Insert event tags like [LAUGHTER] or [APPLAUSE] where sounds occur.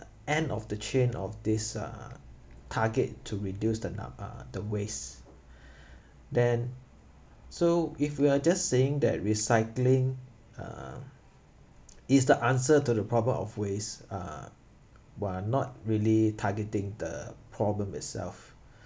end of the chain of this uh target to reduce the nu~ uh the waste [BREATH] then so if we're just saying that recycling uh is the answer to the problem of waste uh we're not really targeting the problem itself